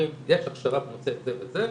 ואומרים שיש הכשרה בנושא זה וזה,